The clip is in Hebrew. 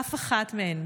אף אחת מהן,